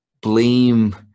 blame